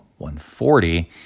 140